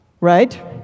Right